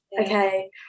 okay